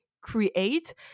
create